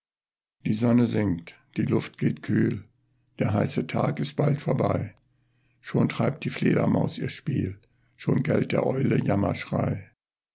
die sonne sinkt die luft geht kühl der heiße tag ist bald vorbei schon treibt die fledermaus ihr spiel schon gellt der eule